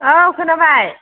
औ खोनाबाय